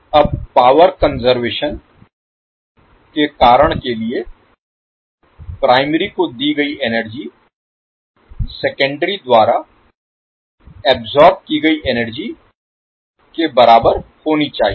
अब power conservation संरक्षण के कारण के लिए प्राइमरी को दी गई एनर्जी सेकेंडरी द्वारा अब्सॉर्ब की गई एनर्जी के बराबर होनी चाहिए